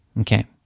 okay